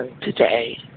today